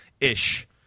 ish